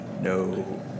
No